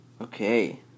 Okay